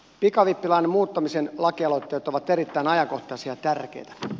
pikavippilain muuttamisen lakialoitteet ovat erittäin ajankohtaisia ja tärkeitä